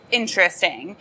interesting